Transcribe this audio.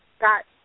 got